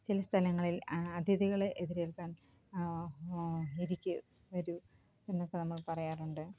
ചില സ്ഥലങ്ങളിൽ അതിഥികളെ എതിരേൽക്കാൻ ഇരിക്ക് വരൂ എന്നൊക്കെ നമ്മൾ പറയാറുണ്ട്